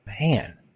Man